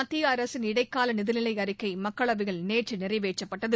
மத்திய அரசின இடைக்கால நிதிநிலை அறிக்கை மக்களவையில் நேற்று நிறைவேற்றப்பட்டது